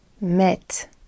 met